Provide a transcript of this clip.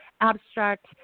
abstract